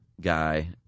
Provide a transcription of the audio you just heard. guy